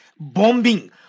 bombing